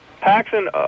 Paxson